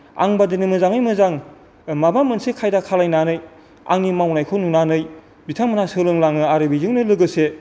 आंबायदिनो मोजाङै मोजां माबा मोनसे खायदा खालामनानै आंनि मावनायखौ नुनानै बिथांमोना सोलोंलाङो आरो बेजोंनो लोगोसे